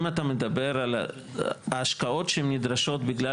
אם אתה מדבר על ההשקעות שנדרשות בגלל